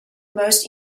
most